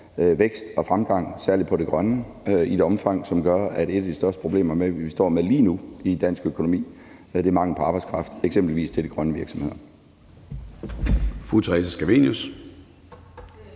vækst og fremgang, særlig på det grønne område, i et omfang, som gør, at et af de største problemer, vi står med lige nu i dansk økonomi, er manglen på arbejdskraft, eksempelvis til de grønne virksomheder.